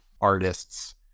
artists